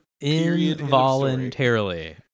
involuntarily